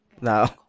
No